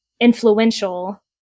influential